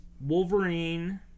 Wolverine